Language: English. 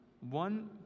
one